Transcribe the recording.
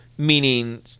Meaning